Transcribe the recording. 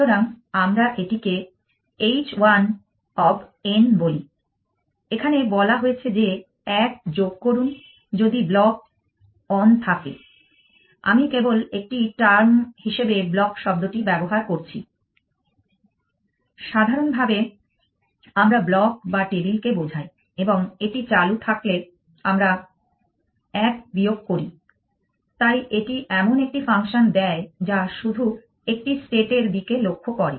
সুতরাং আসুন আমরা এটিকে h1 of n বলি এখানে বলা আছে যে ১ যোগ করুন যদি ব্লক on থাকে আমি কেবল একটি টার্ম হিসেবে ব্লক শব্দটি ব্যবহার করছি সাধারণভাবে আমরা ব্লক বা টেবিলকে বোঝাই এবং এটি চালু থাকলে আমরা 1 বিয়োগ করি তাই এটি এমন একটি ফাংশন দেয় যা শুধু একটি state এর দিকে লক্ষ্য করে